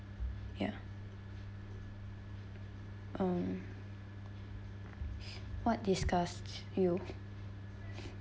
ya um what disgusts you